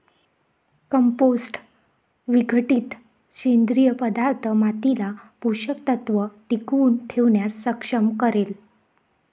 compost विघटित सेंद्रिय पदार्थ मातीला पोषक तत्व टिकवून ठेवण्यास सक्षम करेल